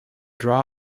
draw